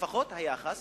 לפחות היחס,